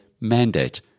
mandate